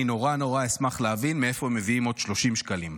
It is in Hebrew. אני נורא נורא אשמח להבין מאיפה מביאים עוד 30 שקלים,